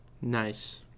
Nice